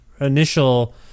initial